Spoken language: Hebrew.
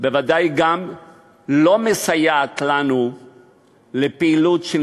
בוודאי גם לא מסייעת לנו בפעילות של